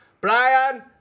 Brian